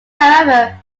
however